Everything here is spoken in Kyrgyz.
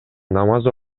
намаз